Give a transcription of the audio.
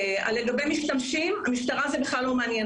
לגבי משתמשים, את המשטרה זה בכלל לא מעניין.